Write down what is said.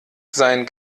sein